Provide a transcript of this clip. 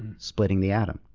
splitting the atom,